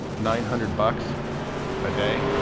nine hundred bucks a day?